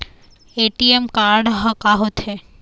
ATM card हा का होते?